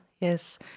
yes